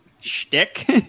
shtick